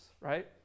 right